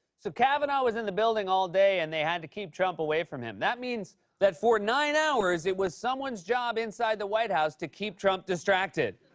so, kavanaugh was in the building all day, and they had to keep trump away from him. that means that, for nine hours, it was someone's job inside the white house to keep trump distracted.